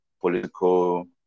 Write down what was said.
political